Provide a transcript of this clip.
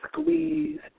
squeeze